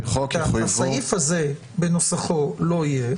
חוק יחויבו --- הסעיף הזה בנוסחו לא יהיה.